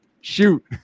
shoot